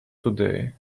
today